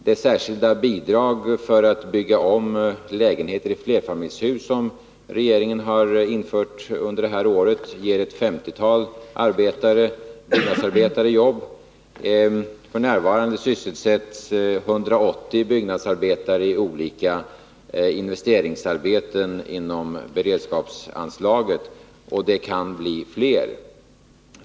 Det särskilda bidrag för att bygga om lägenheter i flerfamiljshus som regeringen har infört under det här året ger ett femtiotal byggnadsarbetare jobb. F. n. sysselsätts 180 byggnadsarbetare i olika investeringsarbeten inom beredskapsanslaget, och det kan bli fler.